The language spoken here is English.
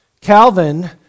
Calvin